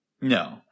No